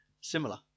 similar